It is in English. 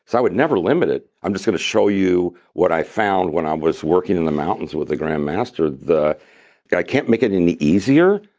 so i would never limit it. i'm just going to show you what i found when i was working in the mountains with the grand master. like i can't make it any easier,